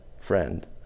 friend